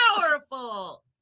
powerful